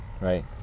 Right